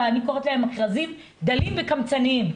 אני קוראת להם מכרזים דלים וקמצניים.